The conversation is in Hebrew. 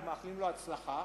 אנחנו מאחלים לו הצלחה,